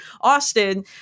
Austin